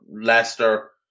Leicester